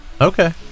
okay